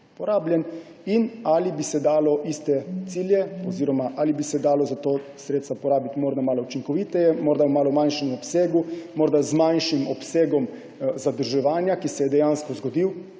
in ali bi se dalo iste cilje oziroma ali bi se dalo za to sredstva porabiti morda malo učinkoviteje, morda v malo manjšem obsegu, morda z manjšim obsegom zadolževanja, ki se je dejansko zgodilo.